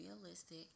realistic